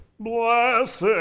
BLESSED